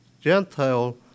Gentile